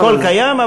הכול קיים,